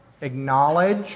acknowledge